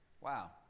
Wow